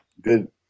good